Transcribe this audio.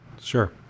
Sure